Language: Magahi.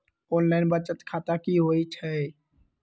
ऑनलाइन बचत खाता की होई छई?